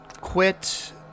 quit